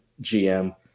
GM